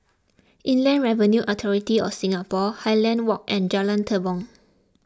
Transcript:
Inland Revenue Authority of Singapore Highland Walk and Jalan Tepong